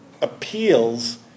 appeals